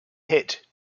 hit